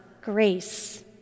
grace